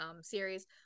series